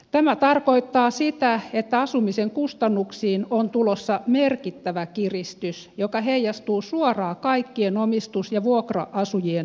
tämä tarkoittaa sitä että asumisen kustannuksiin on tulossa merkittävä kiristys joka heijastuu suoraan kaikkien omistus ja vuokra asujien talouteen